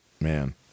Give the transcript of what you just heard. Man